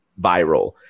viral